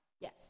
Yes